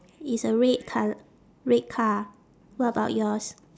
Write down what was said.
it's a red col~ red car what about yours